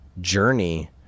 Journey